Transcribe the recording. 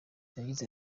yagize